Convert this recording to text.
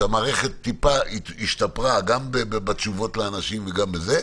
שהמערכת טיפה השתפרה גם בתשובות לאנשים וגם בזה.